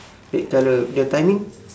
red colour the timing